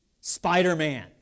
Spider-Man